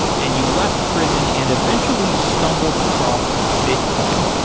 and you left prison and eventually stumbled across bitcoin.